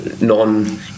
non